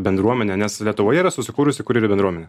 bendruomenė nes lietuvoje yra susikūrusi kurjerių bendruomenė